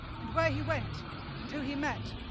and where he went and who he met,